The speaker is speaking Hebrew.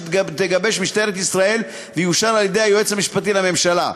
שתגבש משטרת ישראל ויאושר על-ידי היועץ המשפטי לממשלה.